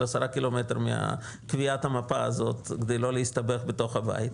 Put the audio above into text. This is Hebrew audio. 10 קילומטר מקביעת המפה הזאת כדי לא להסתבך בתוך הבית,